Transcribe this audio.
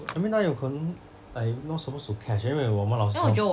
I mean 哪里有可能 like not supposed to catch then when 我们老师